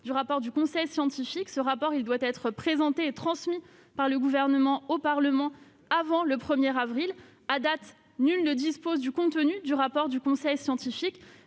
du rapport du conseil scientifique, qui doit être présenté et transmis par le Gouvernement au Parlement avant le 1 avril. À l'heure actuelle, nul ne dispose du contenu du rapport du conseil scientifique,